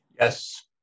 Yes